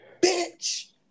Bitch